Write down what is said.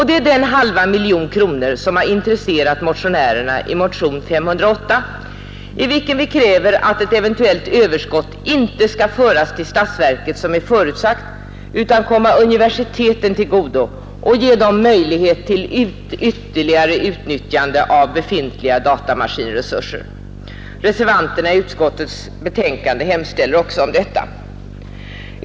Det är den halva miljonen som har intresserat oss som väckt motionen 508, i vilken vi kräver att ett eventuellt överskott inte skall föras till statsverket utan komma universiteten till godo och ge dem möjlighet till ytterligare utnyttjande av befintliga datamaskinresurser. Reservanterna i utskottets betänkande nr 6 hemställer också om detta.